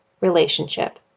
relationship